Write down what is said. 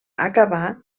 acabà